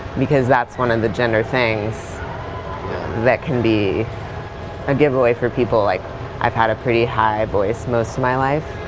because that's one of the gender things that can be a giveaway for people, like i've had a pretty high voice most of my life.